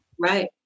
Right